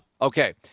Okay